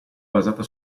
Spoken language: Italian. basata